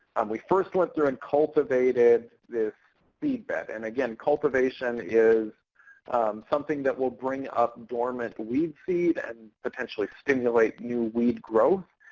we first went through and cultivated this seed bed. and, again cultivation is something that will bring up dormant weed seed and potentially stimulate new weed growth.